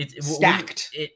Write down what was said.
Stacked